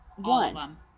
One